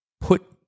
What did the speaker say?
put